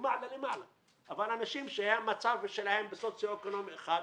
למעלה למעלה אבל אנשים שהמצב הסוציו אקונומי שלהם הוא אחד,